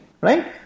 right